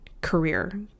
career